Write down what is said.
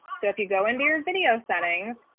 so if you go into your video settings,